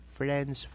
friends